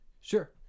sure